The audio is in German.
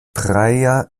praia